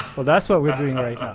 well, that's what we're doing, right?